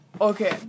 Okay